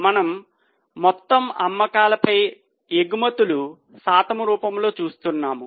మనము మొత్తము అమ్మకాలపై ఎగుమతులు శాతము రూపములో చూస్తున్నాము